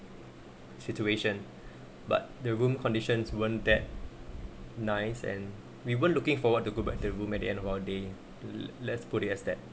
situation but the room conditions weren't that nice and we weren't looking forward to go back the room at the end of our day let's put it as that